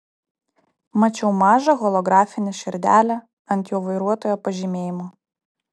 mačiau mažą holografinę širdelę ant jo vairuotojo pažymėjimo